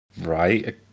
right